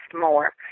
more